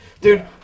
Dude